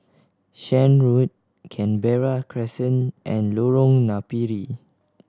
Shan Road Canberra Crescent and Lorong Napiri